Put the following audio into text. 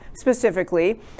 specifically